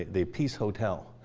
the peace hotel,